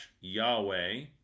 Yahweh